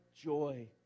joy